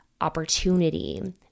opportunity